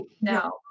no